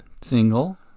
Single